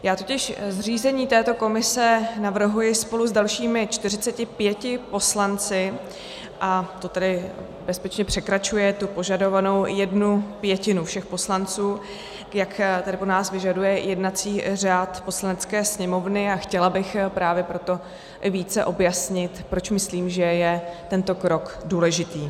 Já totiž zřízení této komise navrhuji spolu s dalšími 45 poslanci a to tedy bezpečně překračuje tu požadovanou jednu pětinu všech poslanců, jak tady po nás vyžaduje jednací řád Poslanecké sněmovny, a chtěla bych právě proto více objasnit, proč myslím, že je tento krok důležitý.